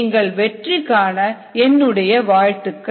நீங்கள் வெற்றி காண என் வாழ்த்துக்கள்